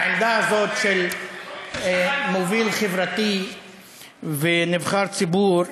מהעמדה הזאת, של מוביל חברתי ונבחר ציבור,